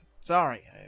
sorry